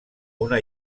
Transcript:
una